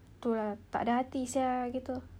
itulah tak ada hati [sial] gitu